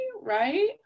right